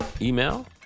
email